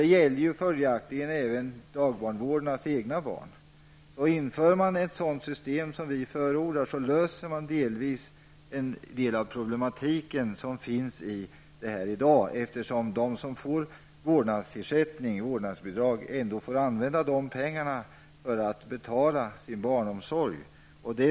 Detta gäller ju följakligen också dagbarnvårdarnas egna barn. Om det införs ett sådant system som vi förordar, löser man delvis problemen, eftersom de som får vårdnadsersättning kan använda dessa pengar för att betala sin barnomsorg.